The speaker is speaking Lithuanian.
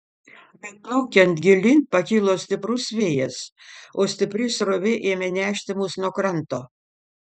bet plaukiant gilyn pakilo stiprus vėjas o stipri srovė ėmė nešti mus nuo kranto